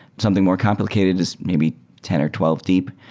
something more complicated is maybe ten or twelve deep.